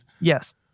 Yes